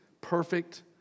perfect